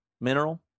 Mineral